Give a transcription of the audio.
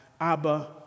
Abba